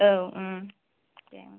औ